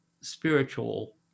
spiritual